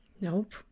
Nope